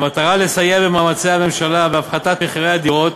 התשע"ה 2015. במטרה לסייע במאמצי הממשלה להפחתת מחירי הדירות,